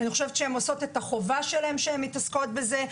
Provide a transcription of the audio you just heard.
אני חושבת שהם עושים את החובה שלהם שהם מתעסקים בזה.